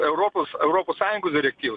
europos europos sąjungos direktyva